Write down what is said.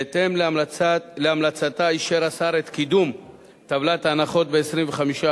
בהתאם להמלצתה אישר השר את קידום טבלת ההנחות ב-25%,